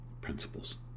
principles